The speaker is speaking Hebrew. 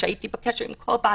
כשהייתי בקשר עם כל בת